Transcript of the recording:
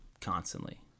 constantly